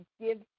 give